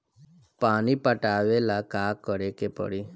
पानी पटावेला का करे के परी?